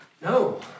no